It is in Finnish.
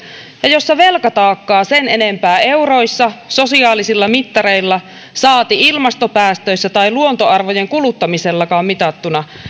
ja jossa velkataakkaa sen enempää euroissa sosiaalisilla mittareilla saati ilmastopäästöissä tai luontoarvojen kuluttamisellakaan mitattuna